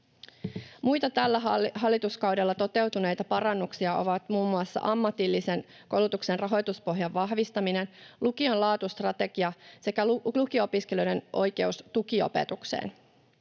Muita tällä hallituskaudella toteutuneita parannuksia ovat muun muassa ammatillisen koulutuksen rahoituspohjan vahvistaminen, lukion laatustrategia sekä lukio-opiskelijoiden oikeus tukiopetukseen.